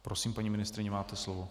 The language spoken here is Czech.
Prosím, paní ministryně, máte slovo.